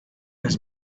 his